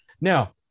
Now